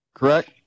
correct